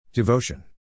Devotion